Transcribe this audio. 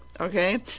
okay